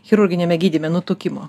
chirurginiame gydyme nutukimo